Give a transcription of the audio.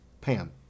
Pam